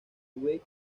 wave